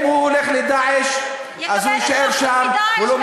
אם הוא הולך ל"דאעש" יקבל אזרחות מ"דאעש",